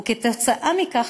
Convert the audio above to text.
וכתוצאה מכך,